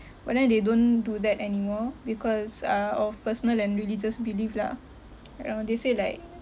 but then they don't do that anymore because uh of personal and religious belief lah you know they say like